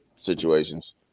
situations